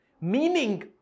Meaning